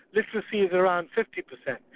literacy is around fifty percent.